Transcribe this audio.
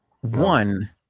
one